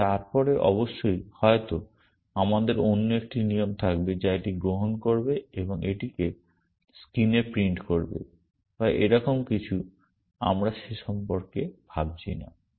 এবং তারপর অবশ্যই হয়তো আমাদের অন্য একটি নিয়ম থাকবে যা এটি গ্রহণ করবে এবং এটিকে স্ক্রিনে প্রিন্ট করবে বা এরকম কিছু আমরা সে সম্পর্কে ভাবছি না